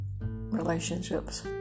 relationships